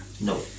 No